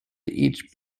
each